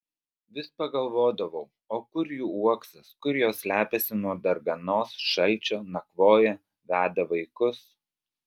vis pagalvodavau o kur jų uoksas kur jos slepiasi nuo darganos šalčio nakvoja veda vaikus